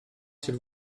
s’il